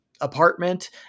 apartment